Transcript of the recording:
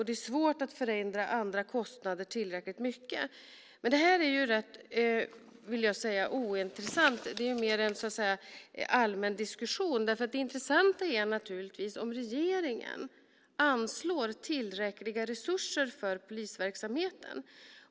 Det är svårt att förändra andra kostnader tillräckligt mycket. Men det här är rätt ointressant. Det är mer en allmän diskussion. Det intressanta är naturligtvis om regeringen anslår tillräckliga resurser för polisverksamheten.